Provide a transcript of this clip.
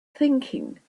thinking